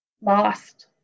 lost